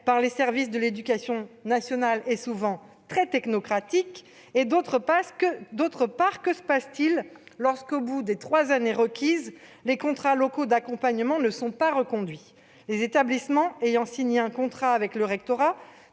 par les services de l'éducation nationale est souvent très technocratique et, d'autre part, que se passera-t-il lorsqu'au bout des trois années requises les contrats locaux d'accompagnement ne seront pas reconduits ? Les établissements ayant signé un contrat avec le rectorat